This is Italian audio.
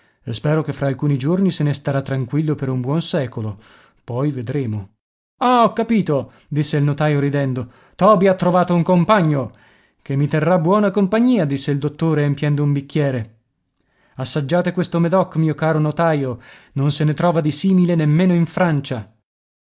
spero che fra alcuni giorni se ne starà tranquillo per un buon secolo poi vedremo ah ho capito disse il notaio ridendo toby ha trovato un compagno che mi terrà buona compagnia disse il dottore empiendo un bicchiere assaggiate questo medoc mio caro notaio non se ne trova di simile nemmeno in francia